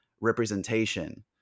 representation